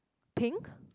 pink